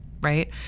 right